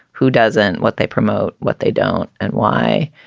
who doesn't? what they promote, what they don't and why?